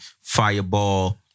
fireball